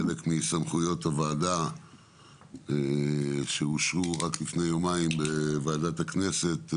כחלק מסמכויות הוועדה שאושרו רק לפני יומיים בוועדת הכנסת,